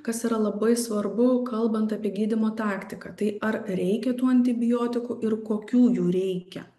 kas yra labai svarbu kalbant apie gydymo taktiką tai ar reikia tų antibiotikų ir kokių jų reikia